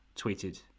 tweeted